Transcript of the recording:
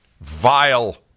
vile